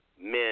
Men